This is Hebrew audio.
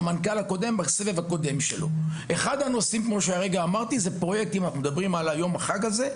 אם אנחנו מדברים על יום החג הזה,